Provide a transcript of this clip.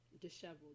disheveled